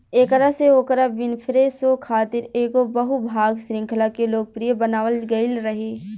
एकरा से Oprah Winfrey show खातिर एगो बहु भाग श्रृंखला के लोकप्रिय बनावल गईल रहे